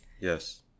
Yes